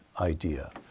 idea